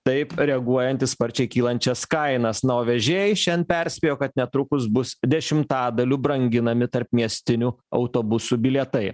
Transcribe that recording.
taip reaguojant į sparčiai kylančias kainas na o vežėjai šen perspėjo kad netrukus bus dešimtadaliu branginami tarpmiestinių autobusų bilietai